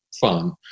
fun